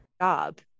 job